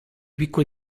piccole